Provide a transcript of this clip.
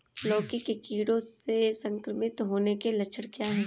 लौकी के कीड़ों से संक्रमित होने के लक्षण क्या हैं?